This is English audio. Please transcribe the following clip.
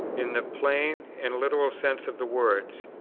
in the plain and literal sense of the words.